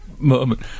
Moment